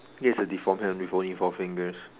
he has a deformed hand with only four fingers